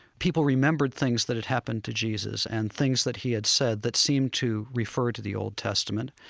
people remembered things that had happened to jesus and things that he had said that seemed to refer to the old testament,